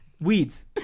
Weeds